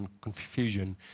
confusion